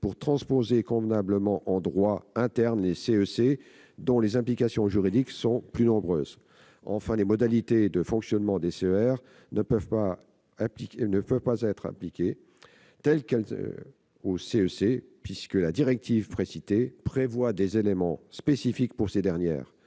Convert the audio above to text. pour transposer convenablement en droit interne les CEC, dont les implications juridiques sont plus nombreuses. Enfin, les modalités de fonctionnement des CER ne peuvent pas être appliquées telles quelles aux CEC, puisque la directive précitée prévoit des éléments spécifiques pour ces dernières,